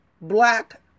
black